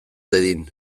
dadin